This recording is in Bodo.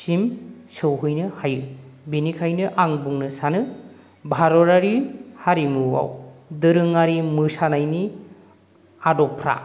सिम सौहैनो हायो बेनिखायनो आं बुंनो सानो भारतारि हारिमुआव दोरोङारि मोसानायनि आदबफोरा